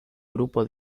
grupo